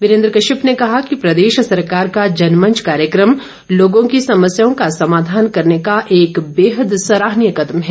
वीरेन्द्र कश्यप ने कहा कि प्रदेश सरकार का जनमंच कार्यक्रम लोगो की समस्याओं का समाधान करने का एक बेहद सराहनीय कदम है